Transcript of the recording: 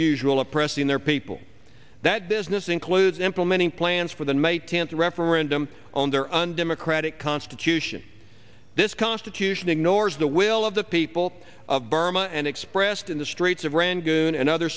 usual oppressing their people that business includes implementing plans for the may tenth referendum on their undemocratic constitution this constitution ignores the will of the people of burma and expressed in the streets of rangoon and other